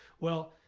well,